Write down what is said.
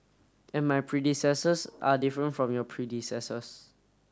and my predecessors are different from your predecessors